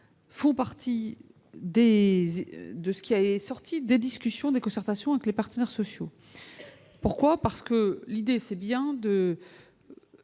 font partie. Désir de ce qui a été. Sortie des discussions, de concertations avec les partenaires sociaux, pourquoi, parce que l'idée c'est bien de